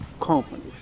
companies